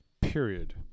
period